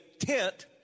tent